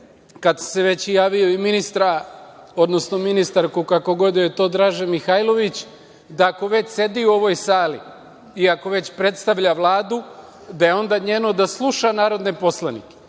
sam se već javio, i ministra, odnosno ministarsku, kako god da joj je to draže, Mihajlović, da ako već sedi u ovoj sali, i ako već predstavlja Vladu, da je onda njeno da sluša narodne poslanike.